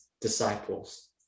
disciples